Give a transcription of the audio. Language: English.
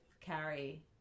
Carrie